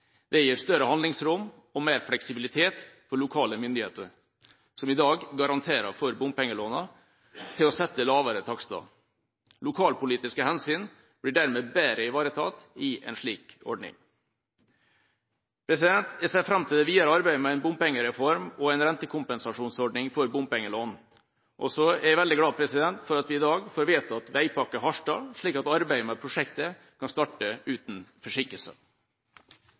Det gir større handlingsrom og mer fleksibilitet for lokale myndigheter, som i dag garanterer for bompengelånene, til å sette lavere takster. Lokalpolitiske hensyn blir dermed bedre ivaretatt i en slik ordning. Jeg ser fram til det videre arbeidet med en bompengereform og en rentekompensasjonsordning for bompengelån. Og så er jeg veldig glad for at vi i dag får vedtatt Veipakke Harstad, slik at arbeidet med prosjektet kan starte uten